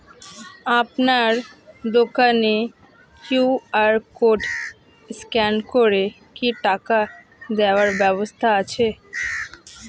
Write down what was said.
আপনার দোকানে QR code scan করে কি টাকা দেওয়ার ব্যবস্থা আছে?